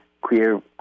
queer